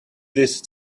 this